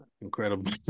incredible